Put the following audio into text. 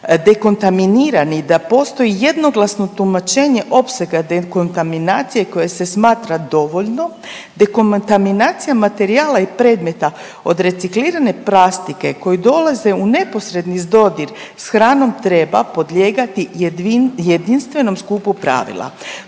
dekontaminirani i da postoji jednoglasno tumačenje opsega dekontaminacije koje se smatra dovoljnom, dekontaminacija materijala i predmeta od reciklirane plastike koji dolaze u neposredni dodir s hranom treba podlijegati jedinstvenom skupu pravila.